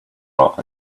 brought